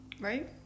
Right